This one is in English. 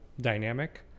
dynamic